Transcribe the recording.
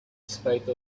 spite